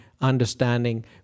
understanding